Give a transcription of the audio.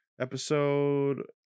episode